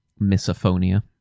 misophonia